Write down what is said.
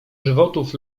żywotów